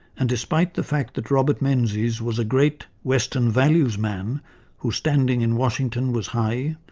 and despite the fact that robert menzies was a great western values man whose standing in washington was high,